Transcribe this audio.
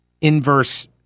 inverse